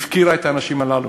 הפקירה את האנשים הללו.